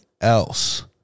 Else